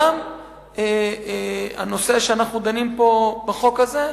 יש גם הנושא שאנו דנים בו בחוק הזה,